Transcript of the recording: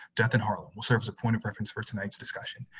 death in harlem, will serve as a point of reference for tonight's discussion.